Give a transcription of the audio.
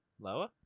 Lower